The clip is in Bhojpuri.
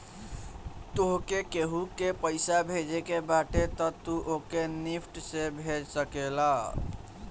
तोहके केहू के पईसा भेजे के बाटे तअ तू ओके निफ्ट से भेज सकेला